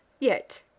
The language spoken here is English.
yet,